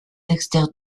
dexter